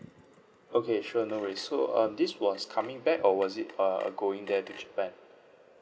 okay sure no worries so uh this was coming back or was it uh going there to japan